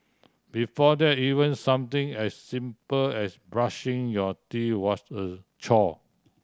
before that even something as simple as brushing your teeth was a chore